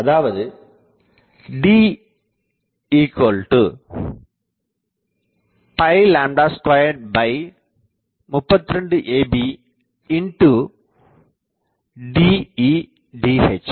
அதாவது D232 ab DE DH